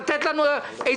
לתת לנו עצות,